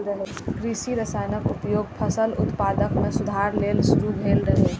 कृषि रसायनक उपयोग फसल उत्पादन मे सुधार लेल शुरू भेल रहै